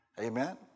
Amen